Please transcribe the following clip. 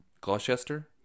gloucester